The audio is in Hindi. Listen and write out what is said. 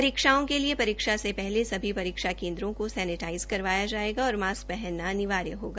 परीक्षाओं के लिए परीक्षा से पहले सभी परीक्षा केंद्रों को सैनेटाईज करवाया जाएगा और मास्क पहनना अनिवार्य होगा